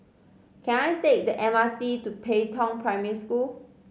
can I take the M R T to Pei Tong Primary School